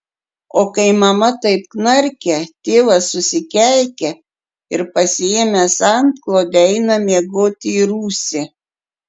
o kai mama taip knarkia tėvas susikeikia ir pasiėmęs antklodę eina miegoti į rūsį